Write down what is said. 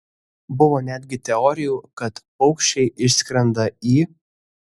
buvo netgi teorijų kad paukščiai išskrenda į